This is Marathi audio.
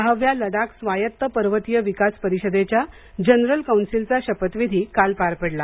सहाव्या लडाख स्वायत्त पर्वतीय विकास परिषदेच्या जनरल कौन्सिलचा शपथविधीही काल पार पडला